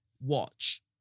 watch